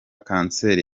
kanseri